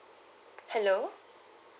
hello